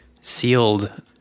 sealed